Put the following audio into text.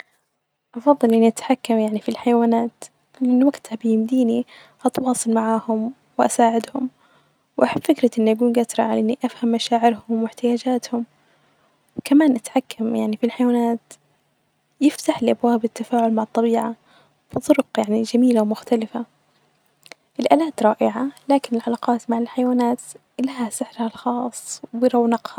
أفظل إني اتحكم يعني في الحيوانات ،لإنه وقتها بيديني أتواصل معاهم ،وأساعدهم وأحب فكرة إني أكون جادرة إني أفهم مشاعرهم واحتياجاتهم .وكمان التحكم في الحيوانات بيفتحلي أبواب التفاعل مع الطبيعة بطرق يعني جميلة ومختلفة .الآلات رائعة لكن العلاقات مع الحيوانات لها سحرها الخاص برونقها.